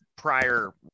prior